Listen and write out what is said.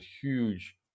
huge